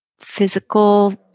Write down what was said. physical